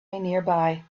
nearby